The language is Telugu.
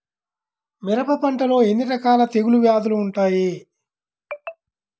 మిరప పంటలో ఎన్ని రకాల తెగులు వ్యాధులు వుంటాయి?